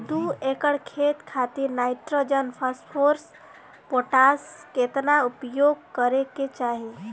दू एकड़ खेत खातिर नाइट्रोजन फास्फोरस पोटाश केतना उपयोग करे के चाहीं?